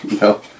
No